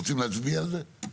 רוצים להצביע על זה?